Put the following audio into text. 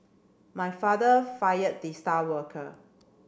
my father fired the star worker